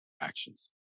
actions